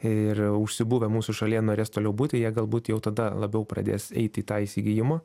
ir užsibuvę mūsų šalyje norės toliau būti jie galbūt jau tada labiau pradės eit į tą įsigijimo